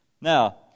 Now